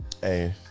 Hey